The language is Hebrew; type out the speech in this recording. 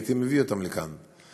הייתי מביא אותם לכאן.